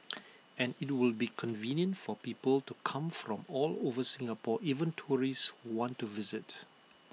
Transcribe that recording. and IT will be convenient for people to come from all over Singapore even tourists who want to visit